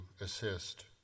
assist